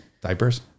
diapers